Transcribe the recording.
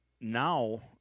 now